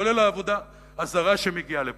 כולל העבודה הזרה שמגיעה לפה.